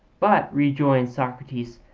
but, rejoins socrates,